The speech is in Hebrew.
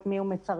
את מי הוא מצרף.